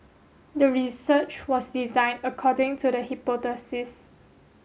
the research was designed according to the hypothesis